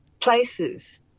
places